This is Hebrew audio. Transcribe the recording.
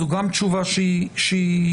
זו גם תשובה אפשרית.